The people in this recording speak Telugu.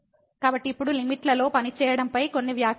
కాబట్టి ఇప్పుడు లిమిట్లతో పనిచేయడంపై కొన్ని వ్యాఖ్యలు